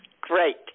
Great